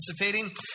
participating